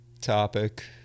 topic